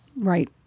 Right